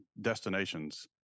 destinations